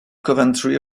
coventry